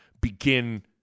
begin